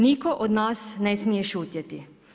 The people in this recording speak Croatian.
Nitko od nas ne smije šutjeti.